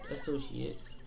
associates